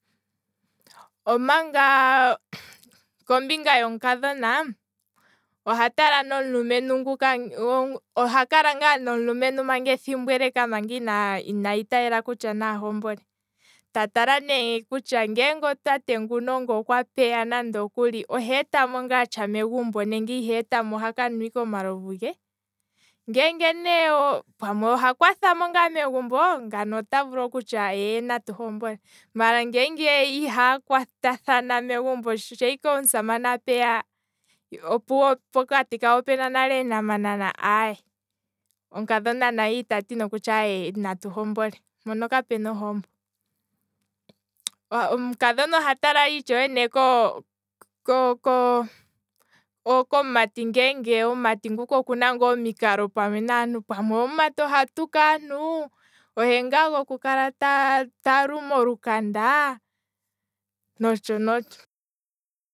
Omanga kombinga yomukdhona, oha tala ngaa nomulumentu nguka, oha kala ngaa nomulumentu ethimbo eleka manga ina iteela kutya naya hombole, ta tala ngaa kutya ngele tate nguka okwa pay oheeta mo ngaa tsha megumbo nenge oha kanwa ike omalovu ge, ngeenge napamwe oha kwatha ngaa megumbo, ngano ota vulu okutya eeye natu hombole, maala ngele ihaya kwata thana, shaa ike omusamane a pay po pokati kawo opena nale eentamanana, aye omukadhona naye itati kutya natu hombole, mpono kapuna ohombo, omukadhona oha tala itshewe ko- ko- ko komutangi nguka ngele okuna ngaa omikalo, pamwe omumati ohatuku aantu nenge ohe ngaa goku kala talu molukandaa, notsho notsho.